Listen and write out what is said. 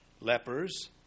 lepers